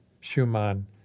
Schumann